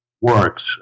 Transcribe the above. works